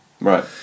Right